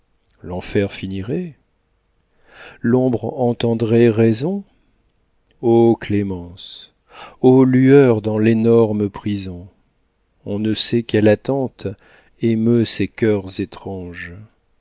l'enfer finirait l'ombre entendrait raison ô clémence ô lueur dans l'énorme prison on ne sait quelle attente émeut ces cœurs étranges